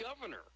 governor